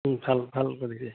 অঁ ভাল ভাল গতিকে